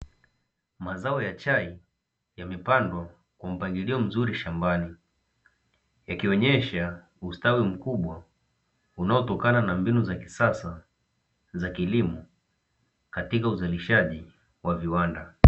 Mazao ya chai yamepandwa kwa mpangilio mzuri shambani, yakionyesha ustawi mkubwa unaotokana na mbinu za kisasa za kilimo katika uzalishaji wa viwanda.